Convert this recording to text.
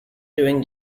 during